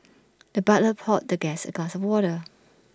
the butler poured the guest A glass of water